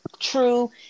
True